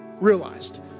realized